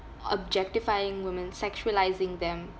objectifying women sexualising them